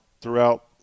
throughout